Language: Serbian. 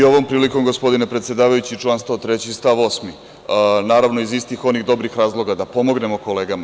I ovom prilikom gospodine predsedavajući, član 103. stav 8. naravno, iz istih onih dobrih razloga, da pomognemo kolegama.